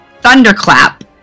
Thunderclap